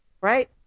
right